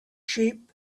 sheep